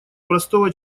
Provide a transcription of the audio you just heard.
простого